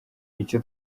icyo